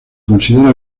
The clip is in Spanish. considera